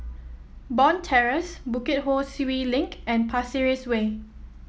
Bond Terrace Bukit Ho Swee Link and Pasir Ris Way